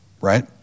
right